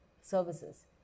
services